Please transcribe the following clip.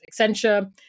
Accenture